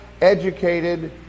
educated